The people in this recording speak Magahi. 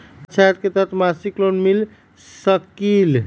पाँच हजार के तहत मासिक लोन मिल सकील?